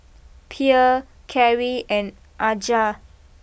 Pierre Carri and Aja